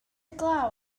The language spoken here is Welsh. glaw